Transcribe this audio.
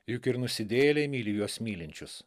juk ir nusidėjėliai myli juos mylinčius